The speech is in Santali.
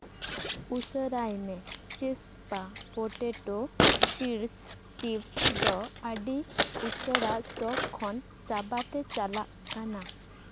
ᱩᱥᱟᱹᱨᱟᱭ ᱢᱮ ᱪᱤᱥᱯᱟ ᱯᱚᱴᱮᱴᱳ ᱪᱤᱯᱥ ᱪᱤᱯᱥ ᱫᱚ ᱟᱹᱰᱤ ᱩᱥᱟᱹᱨᱟ ᱥᱴᱚᱠ ᱠᱷᱚᱱ ᱪᱟᱵᱟᱛᱮ ᱪᱟᱞᱟᱜ ᱠᱟᱱᱟ